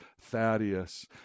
Thaddeus